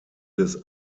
des